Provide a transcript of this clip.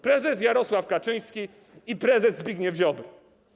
Prezes Jarosław Kaczyński i prezes Zbigniew Ziobro.